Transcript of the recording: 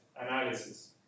analysis